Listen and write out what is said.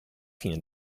fine